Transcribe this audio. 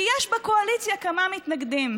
כי יש בקואליציה כמה מתנגדים.